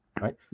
Right